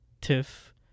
Tiff